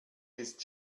ist